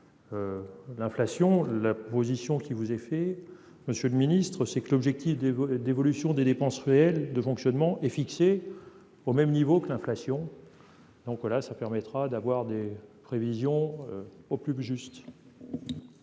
l'inflation la position qui vous est fait, monsieur le Ministre, c'est que l'objectif des d'évolution des dépenses réelles de fonctionnement est fixée au même niveau que l'inflation, donc voilà, ça permettra d'avoir des prévisions au plus juste.